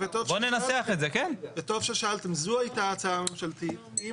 זו הייתה ההצעה הממשלתית.